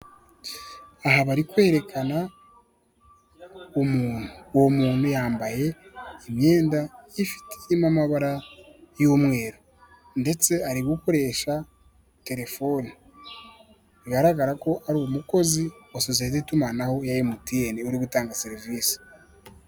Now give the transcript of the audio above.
Aha bari kwerekana umuntu uwo muntu yambaye imyenda irimo amabara y'umweru ndetse ari gukoresha telefoni bigaragara ko ari umukozi wa sosiyete yitumanaho ya mtn ni uri gutanga serivisi.